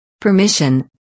Permission